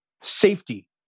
safety